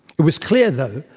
it was clear, though,